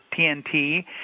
TNT